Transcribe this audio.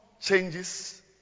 changes